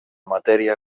matèria